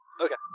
Okay